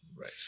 Right